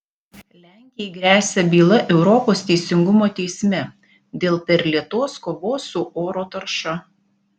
lenkijai gresia byla europos teisingumo teisme dėl per lėtos kovos su oro tarša